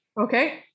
Okay